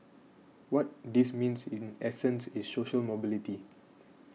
what this means in essence is social mobility